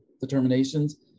determinations